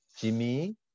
Jimmy